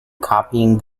copying